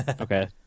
Okay